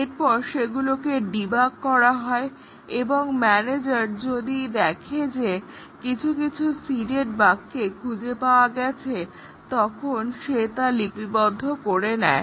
এরপর সেগুলোকে ডিবাগ করা হয় এবং ম্যানেজার যদি দেখে যে কিছু কিছু সিডেড বাগকে খুঁজে পাওয়া গেছে সে তখন তা লিপিবদ্ধ করে নেয়